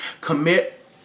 commit